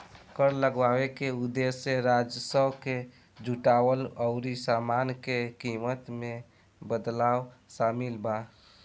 कर लगावे के उदेश्य राजस्व के जुटावल अउरी सामान के कीमत में बदलाव शामिल बा